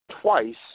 twice